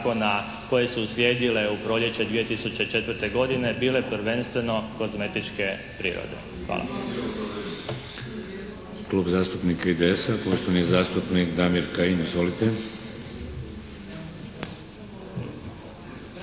koje su uslijedile u proljeće 2004. godine bile prvenstveno kozmetičke prirode. Hvala.